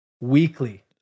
weekly